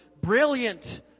brilliant